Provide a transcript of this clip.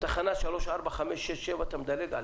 תחנה שלוש, ארבע, חמש, שש ושבע, אתה מדלג עליה.